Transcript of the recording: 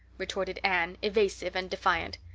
retorted anne, evasive and defiant.